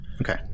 Okay